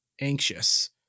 anxious